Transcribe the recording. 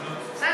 אז,